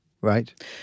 right